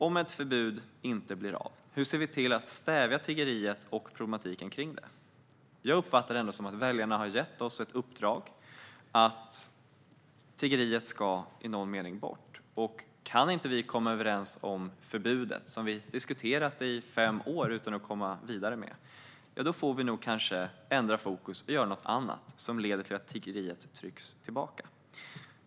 Om ett förbud inte blir av, hur ser vi till att stävja tiggeriet och problematiken kring det? Jag uppfattar det som att väljarna har gett oss i uppdrag att få bort tiggeriet. Kan vi inte komma överens om ett förbud, vilket vi har diskuterat i fem år utan att komma vidare, får vi nog ändra fokus och göra något annat som leder till att tiggeriet trycks tillbaka.